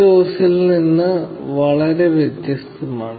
dose ൽ നിന്ന് വളരെ വ്യത്യസ്തമാണ്